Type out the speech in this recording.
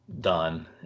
done